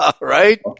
right